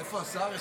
איפה השר?